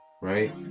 Right